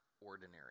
ordinary